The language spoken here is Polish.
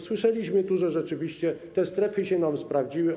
Słyszeliśmy tu, że rzeczywiście te strefy nam się sprawdziły.